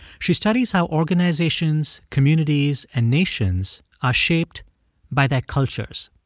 she studies how organizations, communities and nations are shaped by their cultures.